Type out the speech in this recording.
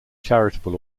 charitable